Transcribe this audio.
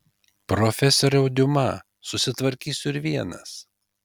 profesoriau diuma susitvarkysiu ir vienas